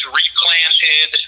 replanted